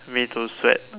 me to sweat